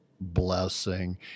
blessing